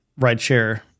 rideshare